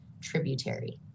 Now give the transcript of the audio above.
Tributary